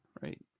Right